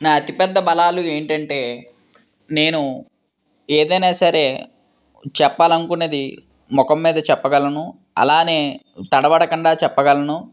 నా అతిపెద్ద బలాలు ఏంటంటే నేను ఏదైనా సరే చెప్పాలనుకున్నది మొహం మీదే చెప్పగలను అలానే తడబడకుండా చెప్పగలను